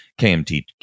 KMT